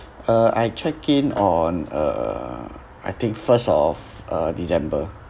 uh I check in on uh I think first of uh december